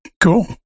cool